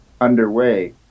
underway